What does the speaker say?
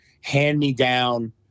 hand-me-down